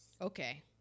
okay